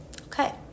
Okay